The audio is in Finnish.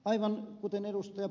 aivan kuten ed